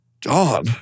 John